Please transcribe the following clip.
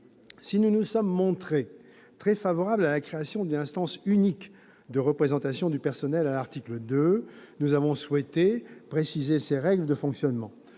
Si nous nous sommes montrés très favorables à la création d'une instance unique de représentation du personnel à l'article 2, nous avons souhaité préciser ses règles de fonctionnement.